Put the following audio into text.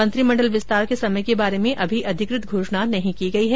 मंत्रिमंडल विस्तार के समय के बारे में अभी अधिकृत घोषणा नहीं की गई है